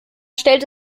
stellt